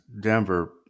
Denver